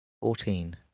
Fourteen